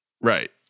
right